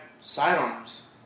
sidearms